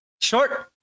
Short